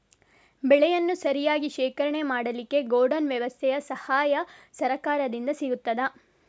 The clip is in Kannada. ಬೆಳೆಯನ್ನು ಸರಿಯಾಗಿ ಶೇಖರಣೆ ಮಾಡಲಿಕ್ಕೆ ಗೋಡೌನ್ ವ್ಯವಸ್ಥೆಯ ಸಹಾಯ ಸರಕಾರದಿಂದ ಸಿಗುತ್ತದಾ?